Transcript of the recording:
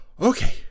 okay